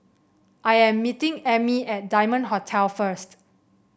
I am meeting Emmie at Diamond Hotel first